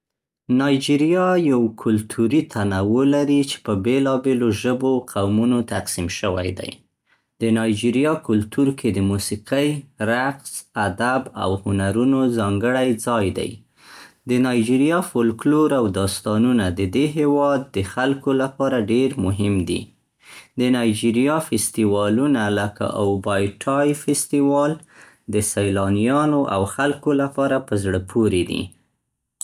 نایجیریا یو کلتوري تنوع لري چې په بېلابېلو ژبو او قومونو تقسیم شوی دی. د نایجیریا کلتور کې د موسیقۍ، رقص، ادب او هنرونو ځانګړی ځای دی. د نایجیریا فولکلور او داستانونه د دې هیواد د خلکو لپاره ډېر مهم دي. د نایجیریا فستیوالونه لکه اوبای ټای فستیوال د سیلانیانو او خلکو لپاره په زړه پورې دي.